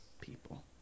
people